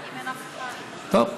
אם אין אף אחד, טוב.